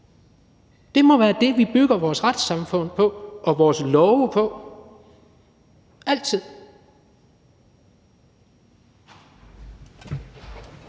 Det må være det, vi bygger vores retssamfund og vores love på – altid.